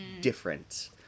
different